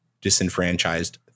disenfranchised